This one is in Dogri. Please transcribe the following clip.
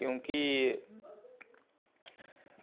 क्युंकि